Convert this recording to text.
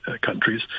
countries